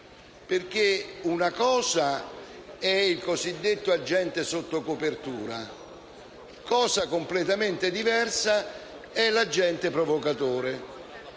perché una cosa è il cosiddetto agente sotto copertura, cosa completamente diversa è l'agente provocatore,